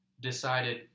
decided